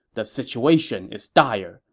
the situation is dire.